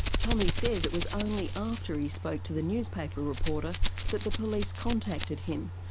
tommy says it was only after he spoke to the newspaper reporter that the police contacted him.